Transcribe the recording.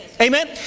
Amen